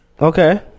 Okay